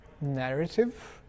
narrative